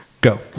Go